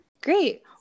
Great